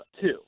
two